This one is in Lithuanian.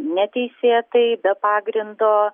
neteisėtai be pagrindo